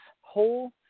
whole